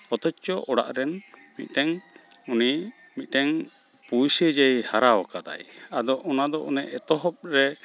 ᱚᱛᱷᱚᱪᱚ ᱚᱲᱟᱜ ᱨᱮᱱ ᱢᱤᱫᱴᱮᱝ ᱩᱱᱤ ᱢᱤᱫᱴᱮᱝ ᱯᱩᱭᱥᱟᱹ ᱡᱮᱭ ᱦᱟᱨᱟᱣ ᱠᱟᱫᱟᱭ ᱟᱫᱚ ᱚᱱᱟ ᱫᱚ ᱚᱱᱮ ᱮᱛᱚᱦᱚᱯ ᱨᱮ